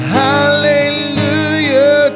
hallelujah